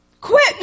Quit